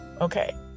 Okay